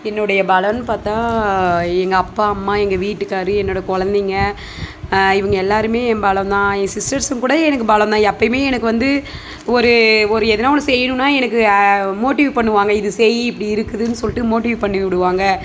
என்னோடைய பலன்னு பார்த்தா எங்கள் அப்பா அம்மா எங்கள் வீட்டுக்காரு என்னோடய குழந்தைங்க இவங்க எல்லோருமே என் பலம் தான் என் சிஸ்டர்ஸும் கூட எனக்கு பலம் தான் எப்போயுமே எனக்கு வந்து ஒரு ஒரு எதனா ஒன்று செய்யணுன்னா எனக்கு மோட்டிவ் பண்ணுவாங்க இது செய் இப்படி இருக்குதுன்னு சொல்லிட்டு மோட்டிவ் பண்ணிவிடுவாங்க